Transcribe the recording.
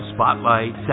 Spotlight